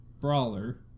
brawler